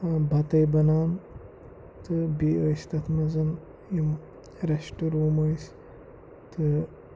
بَتے بَنان تہٕ بیٚیہِ ٲسۍ تَتھ منٛز یِم رٮ۪سٹہٕ روٗم ٲسۍ تہٕ